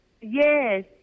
yes